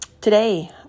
Today